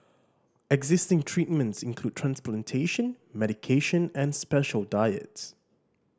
existing treatments include transplantation medication and special diets